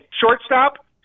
shortstop